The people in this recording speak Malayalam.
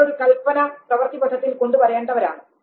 അവർ ഒരു കൽപ്പന പ്രവൃത്തിപഥത്തിൽ കൊണ്ടുവരേണ്ടവരാണ്